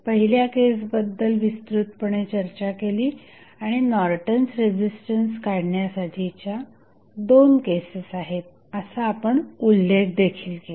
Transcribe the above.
पहिल्या केसबद्दल विस्तृतपणे चर्चा केली आणि नॉर्टन्स रेझिस्टन्स काढण्यासाठीच्या 2 केसेस आहेत असा आपण उल्लेख देखील केला